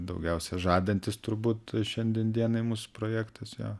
daugiausia žadantis turbūt šiandien dienai mūsų projektas jo